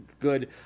good